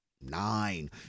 nine